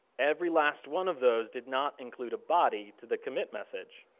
every last one of those did not include a body to the commit message.